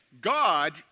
God